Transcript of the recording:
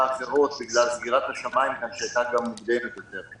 האחרות בגלל סגירת השמיים כאן שהייתה מוקדמת יותר.